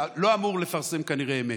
שלא אמור לפרסם כנראה אמת.